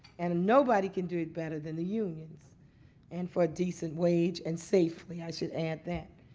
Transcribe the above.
and and nobody can do it better than the unions and for a decent wage and safely, i should add that.